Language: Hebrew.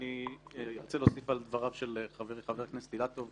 אני רוצה להוסיף על דבריו של חברי חבר הכנסת אילטוב,